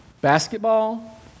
basketball